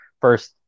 first